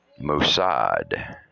Mossad